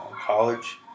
college